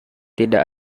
tidak